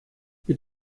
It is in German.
mit